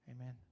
Amen